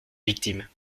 victime